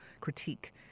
critique